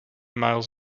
miles